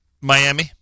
Miami